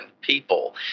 people